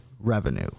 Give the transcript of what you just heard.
revenue